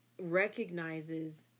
recognizes